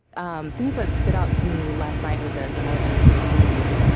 um things that stood out to me last night, with ah the most recent viewing,